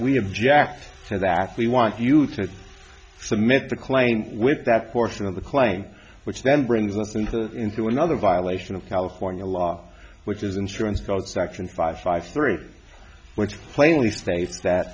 we object to that we want you to submit the claim with that portion of the claim which then brings us into the into another violation of california law which is insurance fraud section five five three which plainly states that